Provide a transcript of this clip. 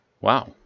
Wow